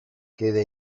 queda